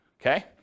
Okay